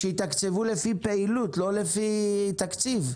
שיתקצבו לפי פעילות, לא לפי תקציב.